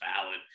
valid